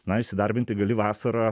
na įsidarbinti gali vasarą